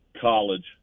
college